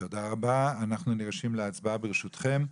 תודה רבה, אנחנו ניגשים להצבעה ברשותכם,